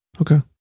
Okay